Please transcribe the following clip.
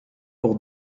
pour